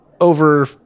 over